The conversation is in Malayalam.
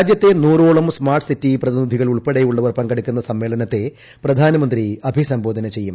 രാജ്യത്തെ നൂറോളം സ്മാർട്ട് സിറ്റി പ്രതിനിധികൾ ഉൾപ്പെടെയുള്ളവർ പങ്കെടുക്കുന്ന സമ്മേളനത്തെ പ്രധാനമന്ത്രി അഭിസംബോധന ചെയ്യും